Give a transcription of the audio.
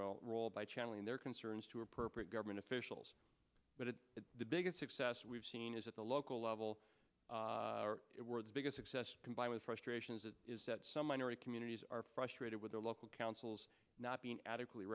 role role by channeling their concerns to appropriate government officials but at the biggest success we've seen is at the local level world's biggest success combined with frustrations it is that some minority communities are frustrated with the local councils not being adequately